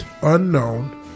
unknown